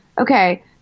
okay